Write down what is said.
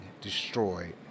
destroyed